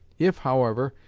if, however,